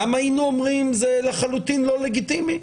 גם היינו אומרים שזה לחלוטין לא לגיטימי?